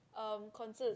um concerts